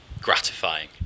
gratifying